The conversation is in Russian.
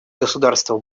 государство